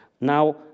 Now